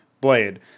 Blade